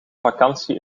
vakantie